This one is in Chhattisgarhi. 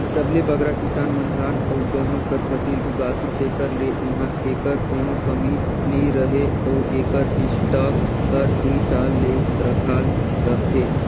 सबले बगरा किसान मन धान अउ गहूँ कर फसिल उगाथें तेकर ले इहां एकर कोनो कमी नी रहें अउ एकर स्टॉक हर दुई साल ले रखाल रहथे